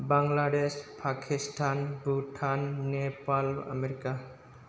Bangladesh Pakistan Bhutan Nepal America